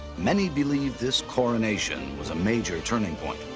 many believe this coronation was a major turning point.